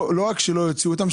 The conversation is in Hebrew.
לא רק שלא יוציאו אותם,